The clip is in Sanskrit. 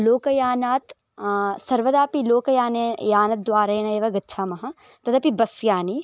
लोकयानात् सर्वदापि लोकयाने यानद्वारेणैव गच्छामः तदपि बस् याने